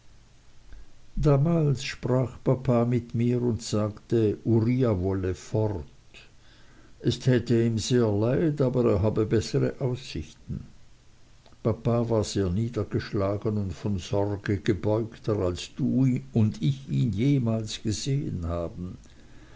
damals sprach papa mit mir und sagte uriah wolle fort es täte ihm sehr leid aber er habe bessere aussichten papa war sehr niedergeschlagen und von sorge gebeugter als du und ich ihn jemals gesehen haben